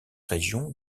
région